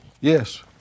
Yes